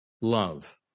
Love